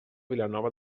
vilanova